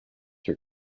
were